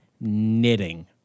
knitting